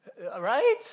right